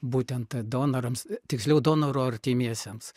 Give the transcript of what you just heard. būtent donorams tiksliau donoro artimiesiems